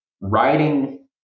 writing